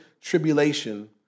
tribulation